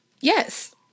Yes